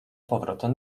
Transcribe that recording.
powrotem